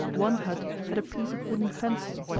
one hut had a piece of wooden fencing,